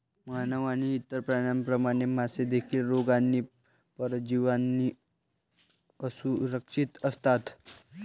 मानव आणि इतर प्राण्यांप्रमाणे, मासे देखील रोग आणि परजीवींना असुरक्षित असतात